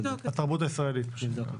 התרבות הישראלית פשוט.